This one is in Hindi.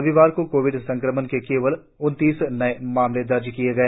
रविवार को कोविड संक्रमण के केवल उनतीस नए मामले दर्ज किए गए